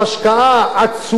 התשואה היא אדירה.